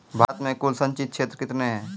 भारत मे कुल संचित क्षेत्र कितने हैं?